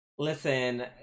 Listen